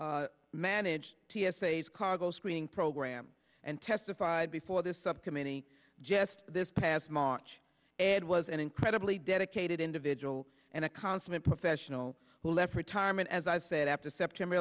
kelley managed t s a is cargo screening program and testified before this subcommittee just this past march and was an incredibly dedicated individual and a consummate professional who left retirement as i said after september